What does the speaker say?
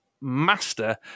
master